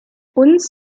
uns